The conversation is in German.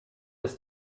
ist